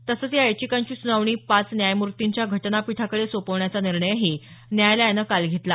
तसंच या याचिकांची सुनावणी पाच न्यायमूर्तींच्या घटनापीठाकडे सोपवण्याचा निर्णयही न्यायालयानं काल घेतला